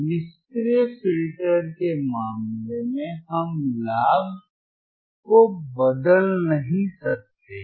निष्क्रिय फिल्टर के मामले में हम लाभ को बदल नहीं सकते हैं